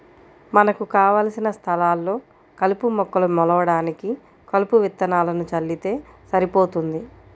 మనకు కావలసిన స్థలాల్లో కలుపు మొక్కలు మొలవడానికి కలుపు విత్తనాలను చల్లితే సరిపోతుంది